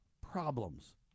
problems